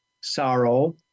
sorrow